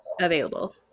available